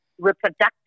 reproductive